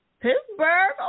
Pittsburgh